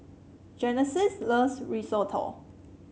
Genesis loves Risotto